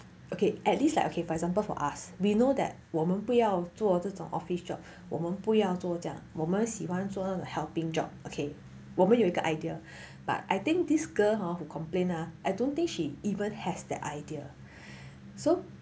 okay at least like okay for example for us we know that 我们不要做这种 office job 我们不要做家我们喜欢做 like helping job okay 我们有一个 idea but I think this girl who complain ah I don't think she even has the idea so